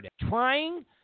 trying